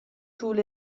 tul